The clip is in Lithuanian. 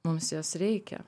mums jos reikia